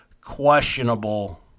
questionable